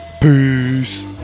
peace